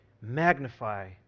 magnify